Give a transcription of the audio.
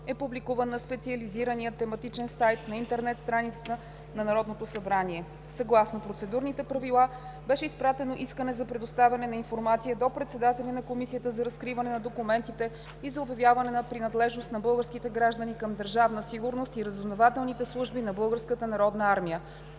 е публикуван на специализирания тематичен сайт на интернет страницата на Народното събрание. Съгласно Процедурните правила беше изпратено искане за предоставяне на информация до председателя на Комисията за разкриване на документите и за обявяване на принадлежност на български граждани към Държавна сигурност и разузнавателните служби на